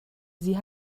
sie